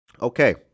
Okay